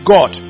God